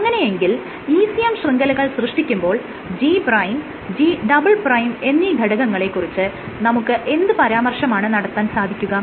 അങ്ങനെയെങ്കിൽ ECM ശൃംഖലകൾ സൃഷ്ടിക്കുമ്പോൾ G' G" എന്നീ ഘടകങ്ങളെ കുറിച്ച് നമുക്ക് എന്ത് പരാമർശമാണ് നടത്താൻ സാധിക്കുക